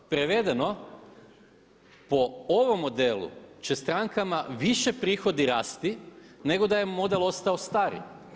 Prevedeno po ovom modelu će strankama više prihodi rasti nego da je model ostao stari.